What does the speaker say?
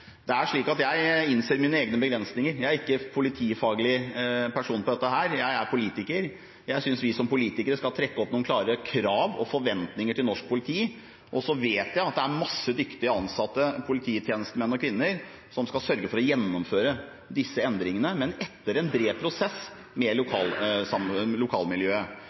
Det er slik at jeg innser mine egne begrensninger. Jeg har ikke politifaglig kompetanse på dette, jeg er politiker. Jeg synes vi som politikere skal trekke opp noen klare krav og forventninger til norsk politi, og så vet jeg at det er masse dyktige ansatte, polititjenestemenn og -kvinner, som skal sørge for å gjennomføre disse endringene, men etter en bred prosess med lokalmiljøet.